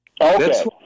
Okay